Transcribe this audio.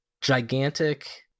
gigantic